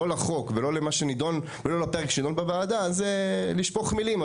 לא לחוק ולא למה שנדון ולא --- בוועדה אז זה לשפוך מילים.